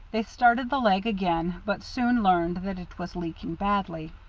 they started the leg again, but soon learned that it was leaking badly.